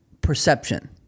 perception